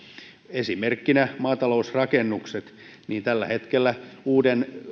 esimerkkinä maatalousrakennukset tällä hetkellä uuden